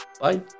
bye